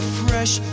fresh